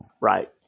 Right